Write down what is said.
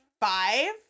five